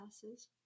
classes